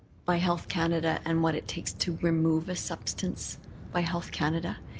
by health canada and what it takes to remove a substance by health canada?